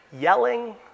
yelling